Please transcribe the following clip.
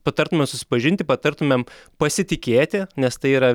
patartume susipažinti patartumėm pasitikėti nes tai yra